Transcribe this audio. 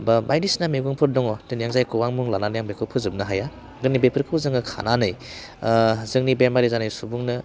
बा बायदिसिना मैगंफोर दङ दिनै आं जायखै मुं लानानै आं बेखौ फोजोबनो हाया दिनै बेफोरखौ जोङो खानानै जोंनि बेमारि जानाय सुबुंनो